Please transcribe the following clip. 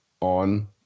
on